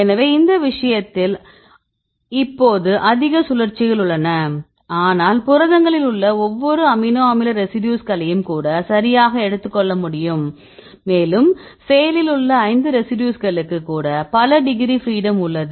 எனவே இந்த விஷயத்தில் இப்போது அதிக சுழற்சிகள் உள்ளன ஆனால் புரதங்களில் உள்ள ஒவ்வொரு அமினோ அமில ரெசிடியூஸ்களையும் கூட சரியாக எடுத்துக்கொள்ள முடியும் மேலும் செயலில் உள்ள 5 ரெசிடியூஸ்களுக்கு கூட பல டிகிரி ஃப்ரீடம் உள்ளது